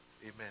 amen